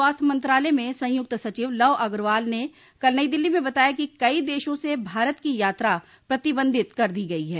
स्वास्थ्य मंत्रालय में सय्क्त सचिव लव अग्रवाल ने कल नई दिल्ली में बताया कि कई देशों से भारत की यात्रा प्रतिबंधित कर दी गयी है